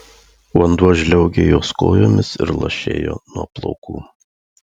vanduo žliaugė jos kojomis ir lašėjo nuo plaukų